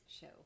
show